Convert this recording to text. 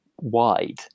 wide